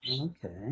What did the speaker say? okay